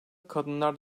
kadınlar